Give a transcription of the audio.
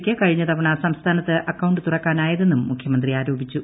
ക്ക് കഴിഞ്ഞ തവണ സംസ്ഥാനത്ത് അക്കൌണ്ട് തുറക്കാനായതെന്നും മുഖ്യമന്ത്രി ആരോപിച്ചു